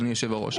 אדוני היושב-ראש,